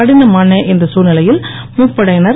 கடினமான இந்த தழ்நிலையில் முப்படையினர்